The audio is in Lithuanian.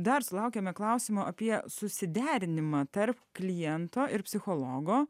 dar sulaukėme klausimo apie susiderinimą tarp kliento ir psichologo